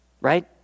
right